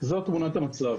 את תמונת המצב.